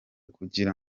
kugira